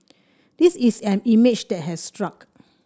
this is an image that has stuck